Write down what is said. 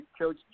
coach